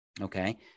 okay